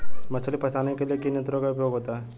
मछली फंसाने के लिए किन यंत्रों का उपयोग होता है?